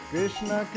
Krishna